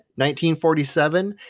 1947